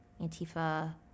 Antifa